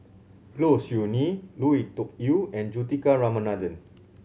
Low Siew Nghee Lui Tuck Yew and Juthika Ramanathan